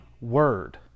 word